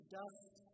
dust